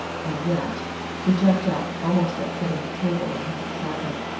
and yet he jumped up, almost upsetting the table in his excitement.